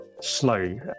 slow